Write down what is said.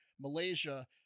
malaysia